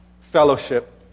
Fellowship